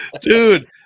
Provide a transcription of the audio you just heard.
Dude